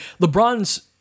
lebron's